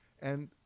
And-